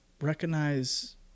recognize